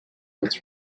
with